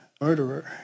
murderer